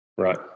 Right